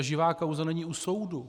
Živá kauza není u soudu.